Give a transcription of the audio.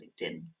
LinkedIn